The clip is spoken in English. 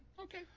Okay